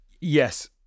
Yes